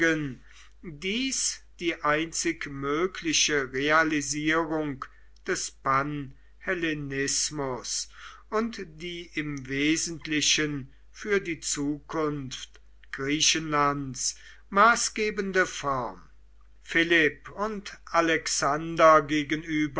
die einzig mögliche realisierung des panhellenismus und die im wesentlichen für die zukunft griechenlands maßgebende form philipp und alexander